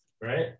right